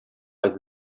oedd